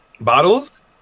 bottles